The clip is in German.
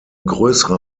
größere